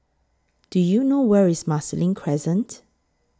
Do YOU know Where IS Marsiling Crescent